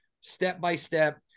step-by-step